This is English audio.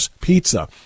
pizza